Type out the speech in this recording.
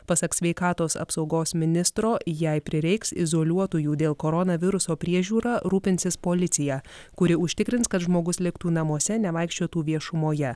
pasak sveikatos apsaugos ministro jei prireiks izoliuotųjų dėl koronaviruso priežiūra rūpinsis policija kuri užtikrins kad žmogus liktų namuose nevaikščiotų viešumoje